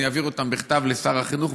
אני אעביר אותן בכתב לשר החינוך,